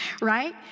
right